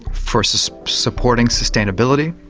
for so so supporting sustainability.